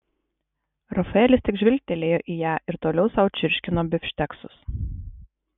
rafaelis tik žvilgtelėjo į ją ir toliau sau čirškino bifšteksus